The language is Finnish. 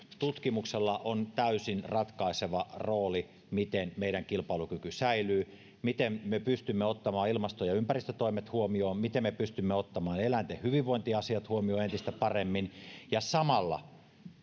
tutkimuksella on täysin ratkaiseva rooli siinä miten meidän kilpailukykymme säilyy miten me pystymme ottamaan ilmasto ja ympäristötoimet huomioon ja miten me pystymme ottamaan eläinten hyvinvointiasiat huomioon entistä paremmin samalla